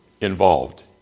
involved